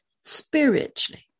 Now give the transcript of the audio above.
spiritually